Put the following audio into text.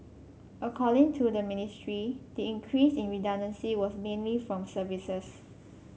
according to the ministry the increase in redundancy was mainly from services